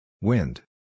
Wind